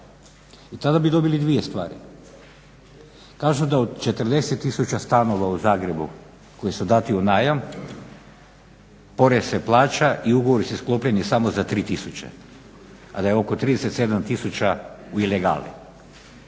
I tada bi dobili dvije stvari. Kažu da od 40 tisuća stanova u Zagrebu koji su dati u najam porez se plaća i ugovori su sklopljeni samo za 3 tisuće, a da je oko 37 tisuća u ilegali.